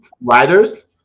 Writers